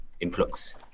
Influx